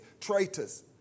traitors